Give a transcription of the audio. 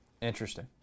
Interesting